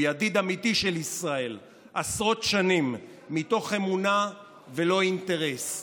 הוא ידיד אמיתי של ישראל עשרות שנים מתוך אמונה ולא אינטרס.